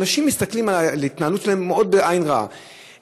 אנשים מסתכלים על ההתנהלות שלהם בעין רעה מאוד.